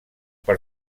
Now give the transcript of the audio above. per